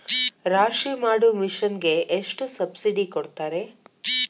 ರಾಶಿ ಮಾಡು ಮಿಷನ್ ಗೆ ಎಷ್ಟು ಸಬ್ಸಿಡಿ ಕೊಡ್ತಾರೆ?